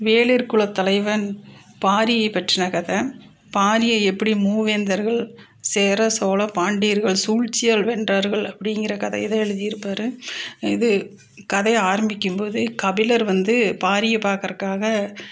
வேளிர் குலத் தலைவன் பாரியை பற்றின கதை பாரியை எப்படி மூவேந்தர்கள் சேர சோழ பாண்டியர்கள் சூழ்ச்சியால் வென்றார்கள் அப்படிங்கிற கதையை தான் எழுதியிருப்பாரு இது கதையை ஆரம்பிக்கும் போதே கபிலர் வந்து பாரியை பாக்கறதுக்காக